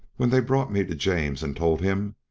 when they brought me to james and told him,